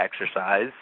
exercise